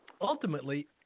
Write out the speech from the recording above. ultimately